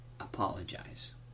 apologize